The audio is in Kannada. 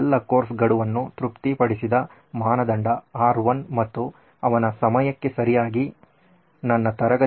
ಎಲ್ಲಾ ಕೋರ್ಸ್ ಗಡುವನ್ನು ತೃಪ್ತಿಪಡಿಸಿದ ಮಾನದಂಡ R1 ಮತ್ತು ಅವನು ಸಮಯಕ್ಕೆ ಸರಿಯಾಗಿ ನನ್ನ ತರಗತಿಗೆ ಬರುವ ಮಾನದಂಡ R2